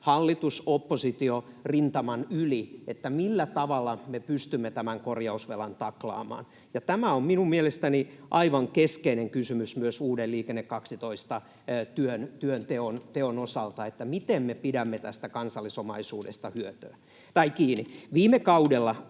hallitus—oppositio-rintaman yli, että millä tavalla me pystymme tämän korjausvelan taklaamaan. Tämä on minun mielestäni aivan keskeinen kysymys myös uuden Liikenne 12 ‑työn teon osalta, että miten me pidämme tästä kansal-lisomaisuudesta kiinni. Viime kaudella